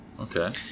Okay